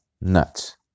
nuts